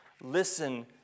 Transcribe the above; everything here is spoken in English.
Listen